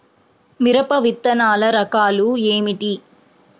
మిరప విత్తనాల రకాలు ఏమిటి?